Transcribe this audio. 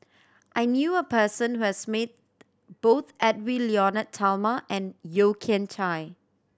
I knew a person who has met both Edwy Lyonet Talma and Yeo Kian Chye